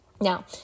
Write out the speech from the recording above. Now